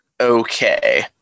okay